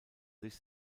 sich